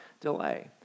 delay